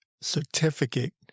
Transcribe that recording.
certificate